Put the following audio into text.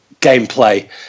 gameplay